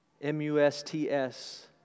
M-U-S-T-S